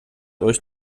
euch